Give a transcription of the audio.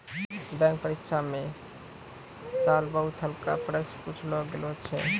bank परीक्षा म है साल बहुते हल्का प्रश्न पुछलो गेल छलै